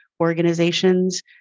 organizations